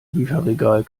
bücherregal